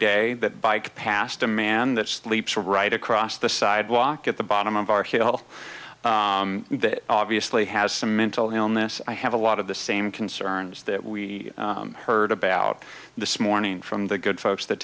day that bike past a man that sleeps right across the sidewalk at the bottom of our hill that obviously has some mental illness i have a lot of the same concerns that we heard about this morning from the good folks that